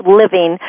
living